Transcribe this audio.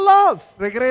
love